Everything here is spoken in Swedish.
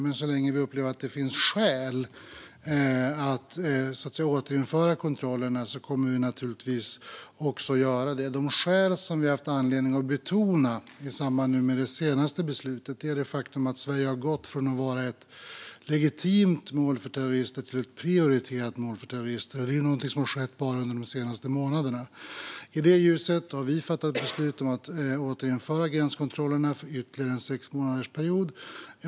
Men så länge vi upplever att det finns skäl att återinföra kontrollerna kommer vi naturligtvis att göra det. De skäl som vi har haft anledning att betona i samband med det senaste beslutet är det faktum att Sverige har gått från att vara ett legitimt mål för terrorister till ett prioriterat mål för terrorister, och det är någonting som har skett bara under de senaste månaderna. I det ljuset har vi fattat beslut om att återinföra gränskontrollerna för ytterligare en sexmånadersperiod.